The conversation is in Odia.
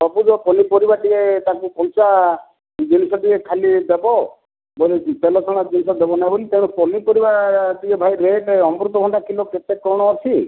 ସବୁଜ ପନିପରିବା ଟିକେ ତାଙ୍କୁ କଞ୍ଚା ଜିନିଷ ଟିକେ ଖାଲି ଦେବ ବୋଲି ଦେଲେ କଣ ହେବ ତେଣୁ ପନିପରିବା ଟିକେ ଭାଇ ରେଟ୍ ଅମୃତଭଣ୍ଡା କିଲୋ କେତେ କଣ ଅଛି